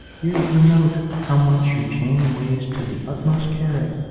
here's the note how much your chain weighs to the utmost carat,